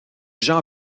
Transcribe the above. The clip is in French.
jean